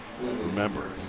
Remember